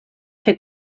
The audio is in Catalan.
fer